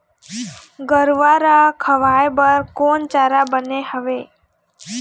गरवा रा खवाए बर कोन चारा बने हावे?